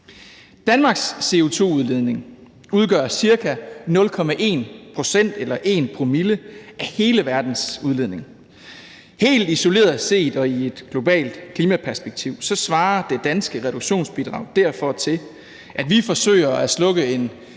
Danmarks CO2-udledning udgør ca. 0,1 pct. eller 1 promille af hele verdens udledning. Helt isoleret set og i et globalt klimaperspektiv svarer det danske reduktionsbidrag derfor til, at vi forsøger at slukke en